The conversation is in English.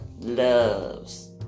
loves